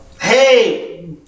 Hey